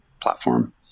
platform